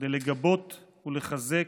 כדי לגבות ולחזק,